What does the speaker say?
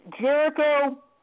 Jericho